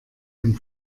dem